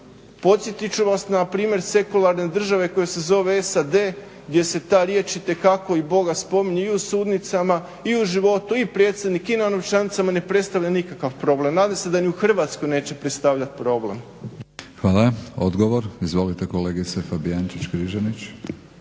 Podsjetit ću vas na primjer sekularne države koja se zove SAD gdje se ta riječ itekako i Bog spominje i u sudnicama i u životu i predsjednik i na novčanicama i ne predstavlja nikakav problem. Nadam se da ni u Hrvatskoj neće predstavljati problem. **Batinić, Milorad (HNS)** Hvala. Odgovor, izvolite kolegice Fabijančić-Križanić.